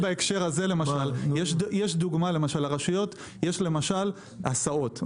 למשל, לרשויות יש הסעות.